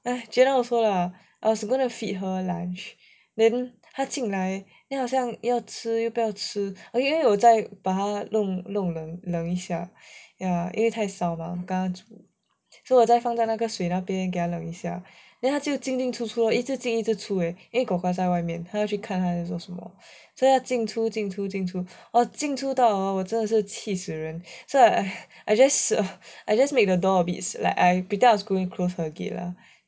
jenna also ah I was gonna feed her lunch then 她进来 then 好像要吃又不要吃我也有在把她弄冷冷一下 ya 因为太烧 mah 刚出来因为 korkor 在外面他去看他在做什么 then 她进出进出进出 !wah! 进出到 hor 我真的是气死人 so I just err I just make the door a bit I pretend I was going to close her gate lah ya then